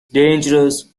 dangerous